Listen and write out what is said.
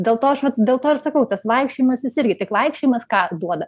dėl to aš vat dėl to ir sakau tas vaikščiojimas jis irgi tik vaikščiojimas ką duoda